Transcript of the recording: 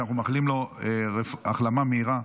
שאנחנו מאחלים לו החלמה מהירה.